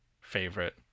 favorite